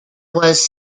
was